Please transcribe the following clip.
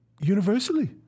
universally